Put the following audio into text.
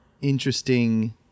interesting